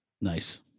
Nice